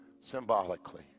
symbolically